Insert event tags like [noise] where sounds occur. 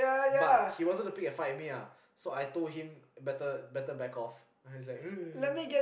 but he wanted to pick a fight with me ah so I told him better better back off so he's like [noise]